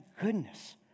goodness